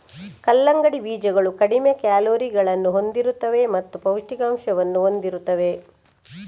ಕಲ್ಲಂಗಡಿ ಬೀಜಗಳು ಕಡಿಮೆ ಕ್ಯಾಲೋರಿಗಳನ್ನು ಹೊಂದಿರುತ್ತವೆ ಮತ್ತು ಪೌಷ್ಠಿಕಾಂಶವನ್ನು ಹೊಂದಿರುತ್ತವೆ